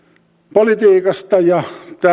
politiikasta ja